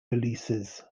releases